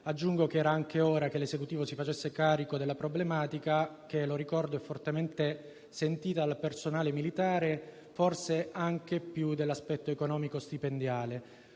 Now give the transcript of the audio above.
Aggiungo che era anche ora che l'Esecutivo si facesse carico della problematica, che ricordo è fortemente sentita dal personale militare, forse anche più dell'aspetto economico stipendiale.